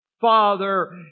Father